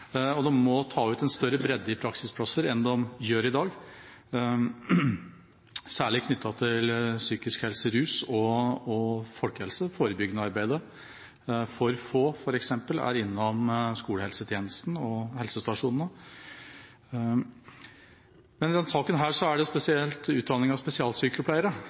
dag. Vi må mase mer på kommunene. De må ta ut en større bredde i praksisplasser enn de gjør i dag, særlig knyttet til psykisk helse, rus, folkehelse og forebyggende arbeid. For få er f.eks. innom skolehelsetjenesten og helsestasjonene. Denne saken gjelder spesielt utdanningen av spesialsykepleiere, og i den